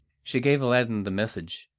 she gave aladdin the message,